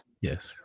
yes